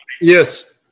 Yes